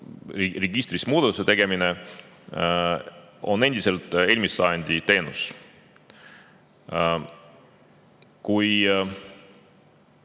registris muudatuse tegemine, on see endiselt eelmise sajandi teenus. Kui